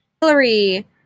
hillary